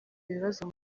bibazo